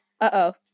Uh-oh